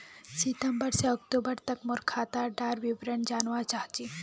सितंबर से अक्टूबर तक मोर खाता डार विवरण जानवा चाहची?